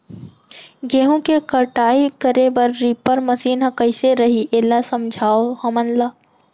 गेहूँ के कटाई करे बर रीपर मशीन ह कइसे रही, एला समझाओ हमन ल?